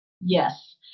Yes